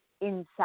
inside